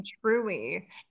Truly